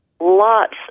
lots